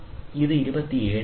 ഇത് 27 ആണ്